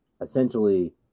essentially